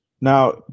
now